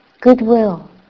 goodwill